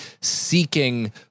seeking